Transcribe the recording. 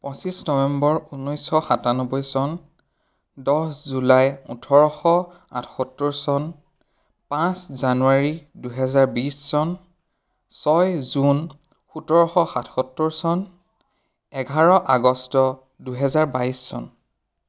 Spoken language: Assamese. পঁচিছ নৱেম্বৰ ঊনৈছশ সাতান্নব্বৈ চন দহ জুলাই ওঠৰশ আঠসত্তৰ চন পাঁচ জানুৱাৰী দুহেজাৰ বিছ চন ছয় জুন সোতৰশ সাতসত্তৰ চন এঘাৰ আগষ্ট দুহেজাৰ বাইছ চন